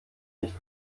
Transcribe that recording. nicht